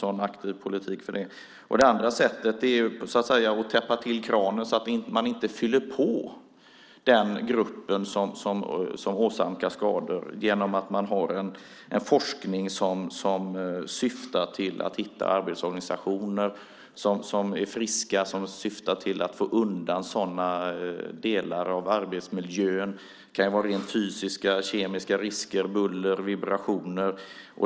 Det andra sättet är att täppa till kranen genom en forskning som syftar till att hitta arbetsorganisationer som är friska och som syftar till att få undan sådana delar av arbetsmiljön så att man inte fyller på den grupp som åsamkas skador. Det kan vara fysiska eller kemiska risker, buller och vibrationer.